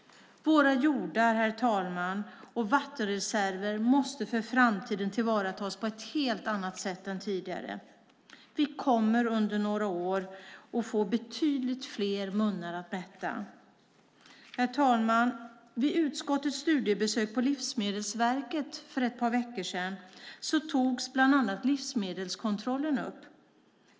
Våra jordar och vattenreserver, herr talman, måste för framtiden tillvaratas på ett helt annat sätt än tidigare. Vi kommer under några år att få betydligt fler munnar att mätta. Herr talman! Vid utskottets studiebesök på Livsmedelsverket för ett par veckor sedan togs bland annat livsmedelskontrollen upp.